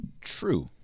True